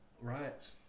Right